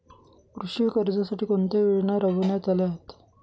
कृषी कर्जासाठी कोणत्या योजना राबविण्यात आल्या आहेत?